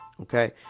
okay